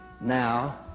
now